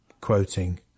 quoting